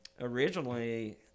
Originally